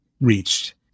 reached